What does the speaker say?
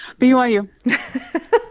BYU